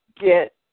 get